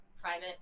private